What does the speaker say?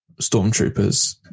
stormtroopers